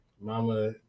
Mama